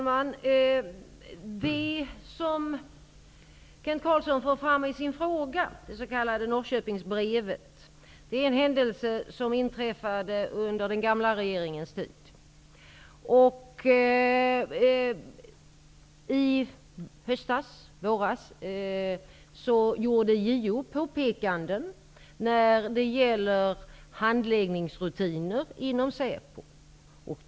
Herr talman! I sin fråga för Kent Carlsson fram det s.k. Norrköpingsbrevet. Det är en händelse som inträffade under den gamla regeringens tid. I höstas eller våras gjorde JO påpekanden när det gäller handläggningsrutiner inom SÄPO.